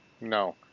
No